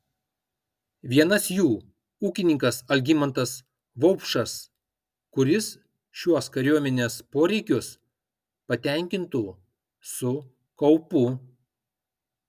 vienas jų ūkininkas algimantas vaupšas kuris šiuos kariuomenės poreikius patenkintų su kaupu